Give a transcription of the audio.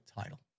title